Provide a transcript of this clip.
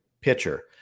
pitcher